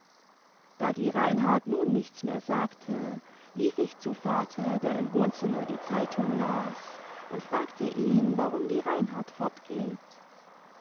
da die reinhard nun nichts mehr sagte lief ich zu vater der im wohnzimmer die zeitung las und fragte ihn warum die reinhard fortgeht